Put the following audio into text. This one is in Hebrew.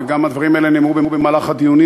וגם הדברים האלה נאמרו במהלך הדיונים,